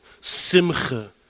simcha